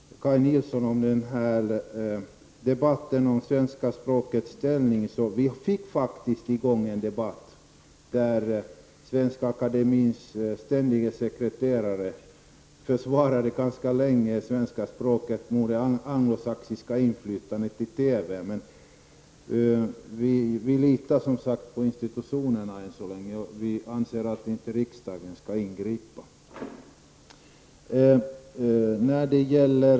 Kaj Nilsson var inne på debatten om svenska språkets ställning. Vi fick faktiskt i gång en debatt där Svenska akademiens ständige sekreterare ganska länge försvarade det svenska språkets ställning mot det anglosachiska inflytandet i TV. Vi litar, som sagt, på institutionerna än så länge, och vi anser att riksdagen inte skall ingripa.